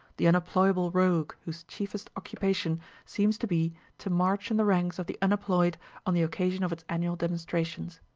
the unemployable rogue whose chiefest occupation seems to be to march in the ranks of the unemployed on the occasion of its annual demonstrations.